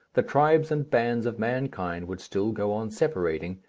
the tribes and bands of mankind would still go on separating,